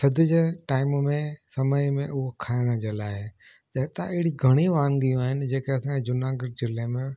थधि जे टाइम में समय में उहो खाइण जे लाइ त हितां अहिड़ी घणी वांगियूं आहिनि जेके असांजे जूनागढ़ ज़िले में